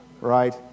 right